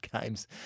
games